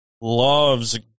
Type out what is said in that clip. loves